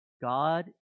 God